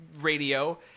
radio